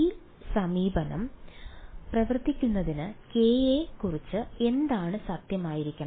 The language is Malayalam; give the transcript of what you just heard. ഈ സമീപനം പ്രവർത്തിക്കുന്നതിന് k യെ കുറിച്ച് എന്താണ് സത്യമായിരിക്കണം